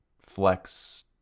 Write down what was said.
flex